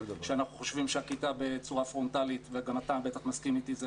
שאנחנו חושבים שלמידה בצורה פרונטלית וגם אתה בטח מסכים איתי,